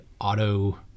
auto